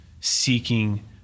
seeking